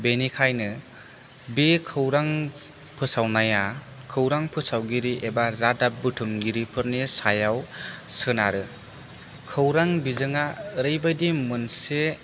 बेनिखायनो बे खौरां फोसावनाया खौरां फोसावगिरि एबा रादाब बुथुमगिरिफोरनि सायाव सोनारो खौरां बिजोङा ओरैबायदि मोनसे